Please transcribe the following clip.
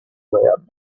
loud